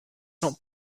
not